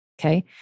Okay